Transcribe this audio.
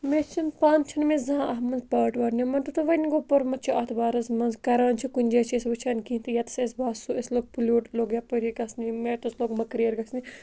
مےٚ چھِ نہٕ پانہٕ چھِ نہٕ مےٚ زانٛہہ اَتھ منٛز پاٹ واٹ نِمُت مگر وۄنۍ گوٚو پوٚرمُت چھُ اَتھ بارَس منٛز کَران چھِ کُنہِ جایہِ چھِ أسۍ وٕچھان کینٛہہ تہٕ ییٚتَس اَسہِ باسو أسۍ لوٚگ پُلوٗٹ لوگ یَپٲری گژھنہِ میٹَس لوٚگ مٔکریر گژھنہِ